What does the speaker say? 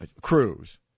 Cruz